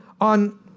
On